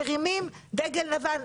מרימים דגל לבן.